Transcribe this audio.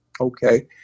Okay